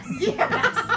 Yes